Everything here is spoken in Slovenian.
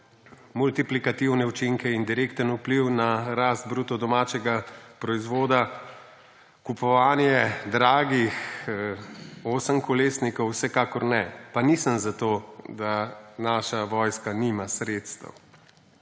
multiplikativne učinke in direkten vpliv na rast bruto domačega proizvoda, kupovanje dragih osemkolesnikov vsekakor ne. Pa nisem za to, da naša vojska nima sredstev,